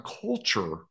culture